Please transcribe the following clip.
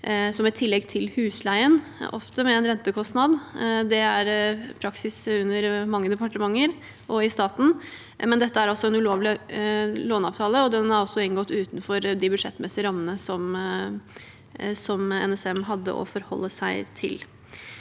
som et tillegg til husleien, ofte med en rentekostnad. Det er praksis under mange departementer og i staten. Men dette er en ulovlig låneavtale, og den er også inngått utenfor de budsjettmessige rammene NSM hadde å forholde seg til.